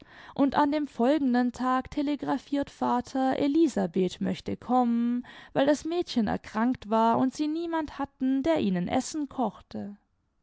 und an dem folgenden tag telegraphiert vater elisabeth möchte kommen weu das mädchen erkrankt war und sie niemand hatten der ihnen essen kochte